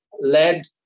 led